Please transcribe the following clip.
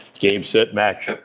game. set. match.